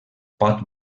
pot